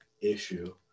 issue